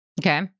Okay